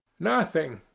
nothing.